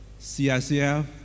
CICF